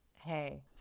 hey